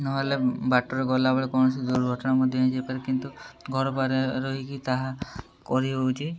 ନହେଲେ ବାଟରେ ଗଲାବେଳେ କୌଣସି ଦୁର୍ଘଟଣା ମଧ୍ୟ ହେଇ ଯାଇପାରେ କିନ୍ତୁ ଘର ପାଖରେ ରହିକି ତାହା କରିହେଉଛି